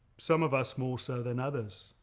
some of us more so than others